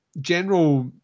general